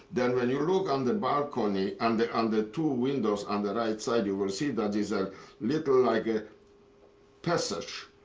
when you look on the balcony and the and two windows on the right side, you will see that is a little like a passage.